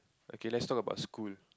okay let's talk about school